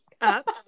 up